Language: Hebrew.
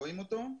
רואים אותו?